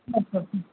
আচ্ছা আচ্ছা